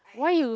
why you